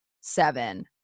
seven